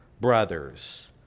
brothers